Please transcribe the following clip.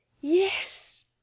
Yes